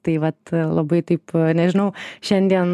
tai vat labai taip nežinau šiandien